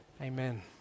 Amen